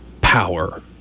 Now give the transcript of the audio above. power